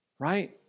right